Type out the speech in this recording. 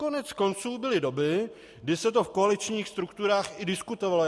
Koneckonců byly doby, kdy se to v koaličních strukturách i diskutovalo.